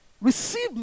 Receive